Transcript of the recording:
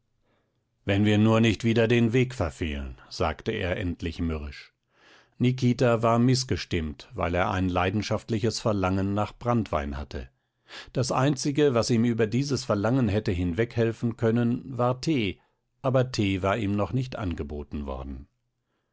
wenn wir nur nicht wieder den weg verfehlen sagte er endlich mürrisch nikita war mißgestimmt weil er ein leidenschaftliches verlangen nach branntwein hatte das einzige was ihm über dieses verlangen hätte hinweghelfen können war tee aber tee war ihm noch nicht angeboten worden